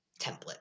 template